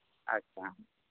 ᱟᱪᱪᱷᱟ